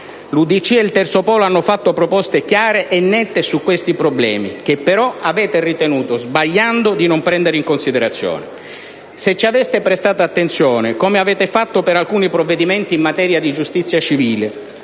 L'UDC e il Terzo Polo hanno fatto proposte chiare e nette su questi problemi, che però avete ritenuto, sbagliando, di non prendere in considerazione. Se ci aveste prestato attenzione - come avete fatto per alcune misure in materia di giustizia civile,